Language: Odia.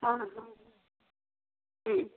ହଁ ହଁ